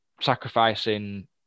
sacrificing